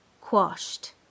quashed